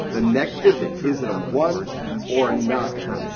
the next digit, is it a one or a nine?